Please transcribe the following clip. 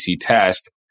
test